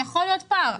יכול להיות פער.